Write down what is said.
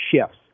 shifts